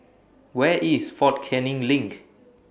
Where IS Fort Canning LINK